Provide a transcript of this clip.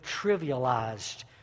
trivialized